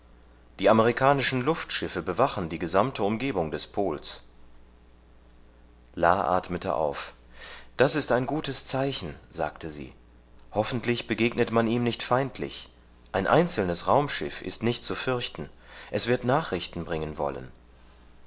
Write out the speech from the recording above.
die amerikanischen luftschiffe bewachen die gesamte umgebung des pols la atmete auf das ist ein gutes zeichen sagte sie hoffentlich begegnet man ihm nicht feindlich ein einzelnes raumschiff ist nicht zu fürchten es wird nachrichten bringen wollen